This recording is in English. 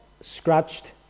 scratched